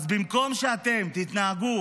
אז במקום שאתם תתנהגו